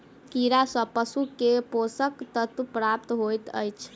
कीड़ा सँ पशु के पोषक तत्व प्राप्त होइत अछि